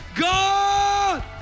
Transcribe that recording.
God